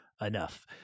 enough